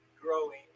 growing